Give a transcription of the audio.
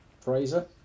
Fraser